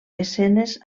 escenes